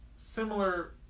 Similar